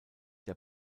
der